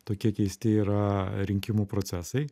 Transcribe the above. tokie keisti yra rinkimų procesai